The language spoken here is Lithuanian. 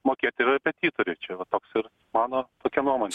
mokėti repetitoriui čia va toks ir mano tokia nuomonė